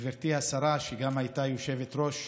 גברתי השרה, שגם הייתה יושבת-ראש,